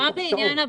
מה בעניין הבדיקות?